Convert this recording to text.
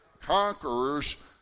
Conquerors